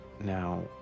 Now